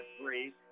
three